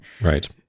Right